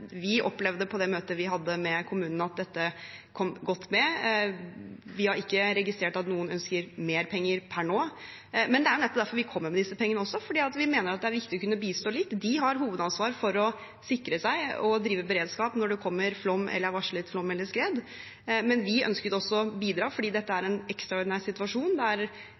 vi hadde med kommunene, at dette kom godt med. Vi har ikke registrert at noen ønsker mer penger per nå. Men det er nettopp derfor vi kommer med disse pengene også, for vi mener det er viktig å kunne bistå litt. Kommunene har hovedansvaret for å sikre seg og drive beredskap når det kommer flom eller er varslet flom eller skred, men vi ønsket å bidra fordi dette er en ekstraordinær situasjon.